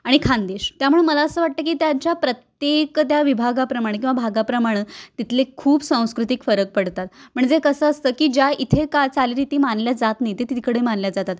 आणि खानदेश त्यामुळं मला असं वाटतं की त्याच्या प्रत्येक त्या विभागाप्रमाणे किंवा भागाप्रमाणं तिथले खूप सांस्कृतिक फरक पडतात म्हणजे कसं असतं की ज्या इथे का चालीरीती मानल्या जात नाही आहेत ते तिकडे मानल्या जातात